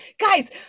Guys